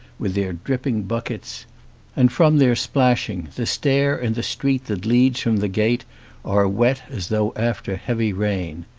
with their dripping buckets and from their splashing the stair and the street that leads from the gate are wet as though after heavy rain.